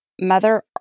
mother